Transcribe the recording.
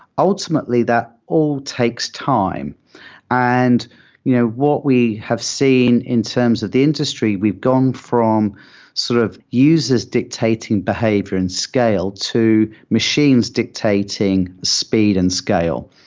ultimately, that all takes time and you know what we have seen in terms of the industry, we've gone from sort of user s dictating behavior and scale to machines dictating speed and scale.